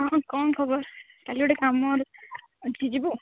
ହଁ କ'ଣ ଖବର କାଲି ଗୋଟେ କାମ ଅଛି ଯିବୁ